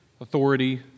authority